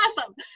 awesome